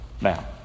Now